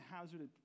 hazardous